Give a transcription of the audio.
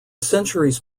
centuries